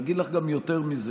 אגיד לך גם יותר מזה.